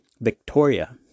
Victoria